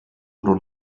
oder